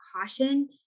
caution